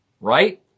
right